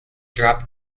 drop